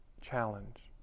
challenge